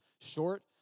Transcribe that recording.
short